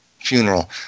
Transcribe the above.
funeral